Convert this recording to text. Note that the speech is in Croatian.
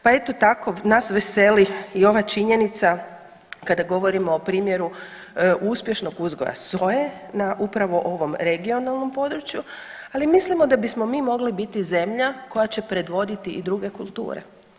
Pa eto tako nas veseli i ova činjenica kada govorimo o primjeru uspješnog uzgoja soje na upravo ovom regionalnom području, ali mislimo da bismo mi mogli biti zemlja koja će predvoditi i druge kulture.